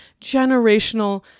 generational